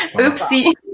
Oopsie